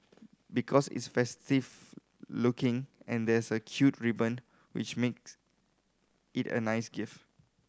because it's festive looking and there's a cute ribbon which makes it a nice gift